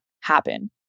happen